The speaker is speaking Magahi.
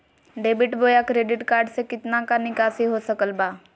डेबिट बोया क्रेडिट कार्ड से कितना का निकासी हो सकल बा?